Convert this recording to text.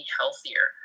healthier